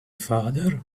father